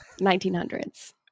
1900s